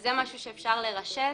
וזה משהו שאפשר לרשת